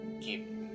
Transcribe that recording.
keep